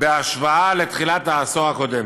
בהשוואה לתחילת העשור הקודם,